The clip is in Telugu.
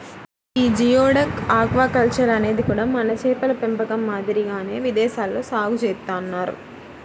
యీ జియోడక్ ఆక్వాకల్చర్ అనేది కూడా మన చేపల పెంపకం మాదిరిగానే విదేశాల్లో సాగు చేత్తన్నారు